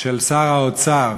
של שר האוצר